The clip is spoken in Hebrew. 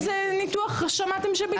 איזה ניתוח שמעתם שביטלו?